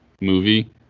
movie